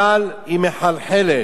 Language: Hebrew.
אבל היא מחלחלת,